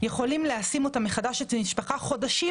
יכולים לשים אותה מחדש את המשפחה חודשים